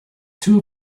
two